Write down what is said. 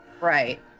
right